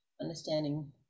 understanding